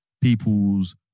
people's